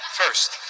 first